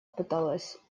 пыталась